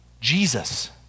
Jesus